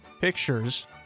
pictures